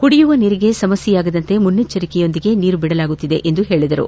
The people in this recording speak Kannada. ಕುಡಿಯುವ ನೀರಿಗೆ ಸಮಸ್ನೆಯಾಗದಂತೆ ಮುನ್ನೆಚ್ಚರಿಕೆಯೊಂದಿಗೆ ನೀರು ಬಿಡಲಾಗುತ್ತಿದೆ ಎಂದು ಹೇಳಿದರು